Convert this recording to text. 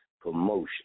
promotion